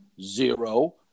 zero